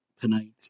tonight